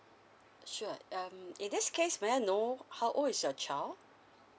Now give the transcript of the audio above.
sure um in this case may I know how old is your child